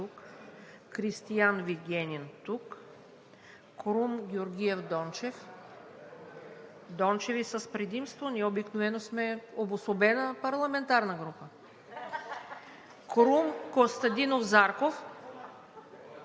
Крум Костадинов Зарков